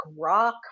rock